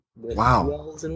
Wow